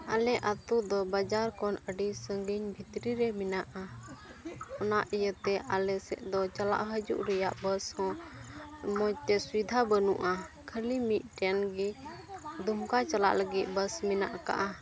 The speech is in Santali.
ᱟᱞᱮ ᱟᱹᱛᱩ ᱫᱚ ᱵᱟᱡᱟᱨ ᱠᱷᱚᱱ ᱟᱹᱰᱤ ᱥᱟᱺᱜᱤᱧ ᱵᱷᱤᱛᱨᱤ ᱨᱮ ᱢᱮᱱᱟᱜᱼᱟ ᱚᱱᱟ ᱤᱭᱟᱹ ᱛᱮ ᱟᱞᱮ ᱥᱮᱫ ᱫᱚ ᱪᱟᱞᱟᱜ ᱦᱤᱡᱩᱜ ᱨᱮᱭᱟᱜ ᱵᱟᱥ ᱦᱚᱸ ᱢᱚᱡᱽ ᱛᱮ ᱥᱩᱵᱤᱫᱷᱟ ᱵᱟᱹᱱᱩᱜᱼᱟ ᱠᱷᱟᱹᱞᱤ ᱢᱤᱫᱴᱮᱱ ᱜᱮ ᱫᱩᱢᱠᱟ ᱪᱟᱞᱟᱜ ᱞᱟᱹᱜᱤᱫ ᱵᱟᱥ ᱢᱮᱱᱟᱜ ᱟᱠᱟᱫᱼᱟ